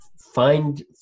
find